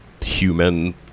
human